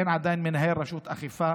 אין עדיין מנהל רשות אכיפה,